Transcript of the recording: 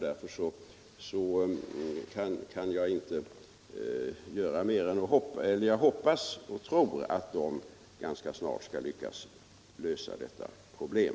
Därför hoppas och tror jag att de ganska snart skall lyckas lösa detta problem.